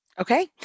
Okay